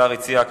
השר הציע,